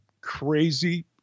crazy